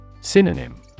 Synonym